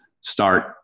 start